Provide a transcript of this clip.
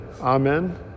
amen